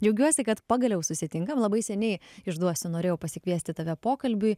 džiaugiuosi kad pagaliau susitinkam labai seniai išduosiu norėjau pasikviesti tave pokalbiui